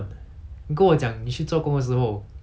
你一直去问 then 他们会觉得你烦 mah